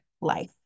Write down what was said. life